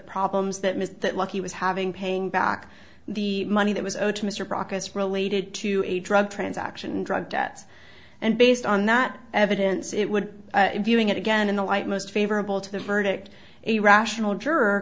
problems that ms that lucky was having paying back the money that was owed to mr brock as related to a drug transaction drug debts and based on that evidence it would viewing it again in the light most favorable to the verdict a rational juror